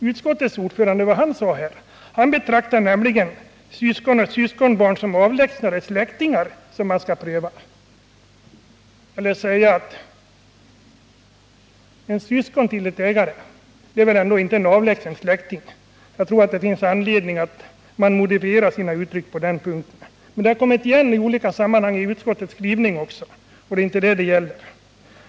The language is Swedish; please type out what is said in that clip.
Utskottets ordförande däremot betraktar syskon och syskonbarn som avlägsnare släktingar vilkas förvärv bör prövas. Men ett syskon till en ägare är väl ändå inte en avlägsen släkting. Jag tror att det finns anledning att modifiera uttrycken på den här punkten. Även i utskottets skrivning kommer det här till synes. Men det är inte detta saken gäller.